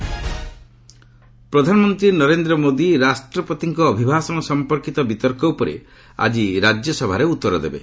PM motion ପ୍ରଧାନମନ୍ତ୍ରୀ ନରେନ୍ଦ୍ର ମୋଦୀ ରାଷ୍ଟ୍ରପତିଙ୍କ ଅଭିଭାଷଣ ସଂପର୍କିତ ବିତର୍କ ଉପରେ ଆଜି ରାଜ୍ୟସଭାରେ ଉତ୍ତର ଦେବେ